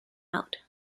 out